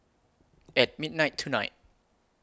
At midnight tonight